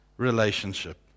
Relationship